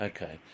Okay